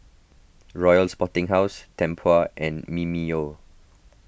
Royal Sporting House Tempur and Mimeo